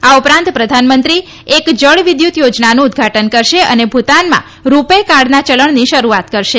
આ ઉપરાંત પ્રધાનમંત્રી એક જળ વિદ્યુત યોજનાનું ઉદઘાટન કરશે અને ભુતાનમાં રૂપે કાર્ડના ચલણની શરૂઆત કરશે